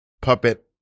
Puppet